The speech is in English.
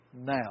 Now